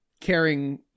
caring